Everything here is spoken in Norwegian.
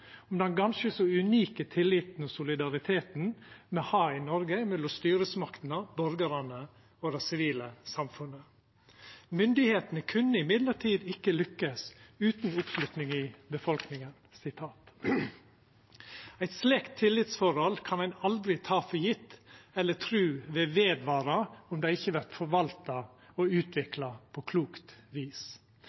om den ganske så unike tilliten og solidariteten me har i Noreg mellom styresmaktene, borgarane og det sivile samfunnet: «Myndighetene kunne imidlertid ikke lykkes uten oppslutning fra befolkningen.» Eit slikt tillitsforhold kan ein aldri ta for gjeve eller tru vil vara ved, om det ikkje vert forvalta og utvikla på klokt vis.